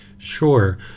Sure